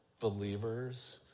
believers